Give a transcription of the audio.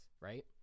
right